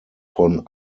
von